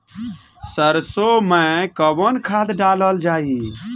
सरसो मैं कवन खाद डालल जाई?